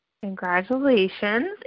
Congratulations